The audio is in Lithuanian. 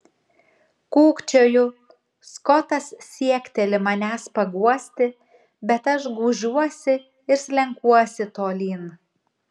kūkčioju skotas siekteli manęs paguosti bet aš gūžiuosi ir slenkuosi tolyn